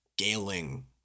scaling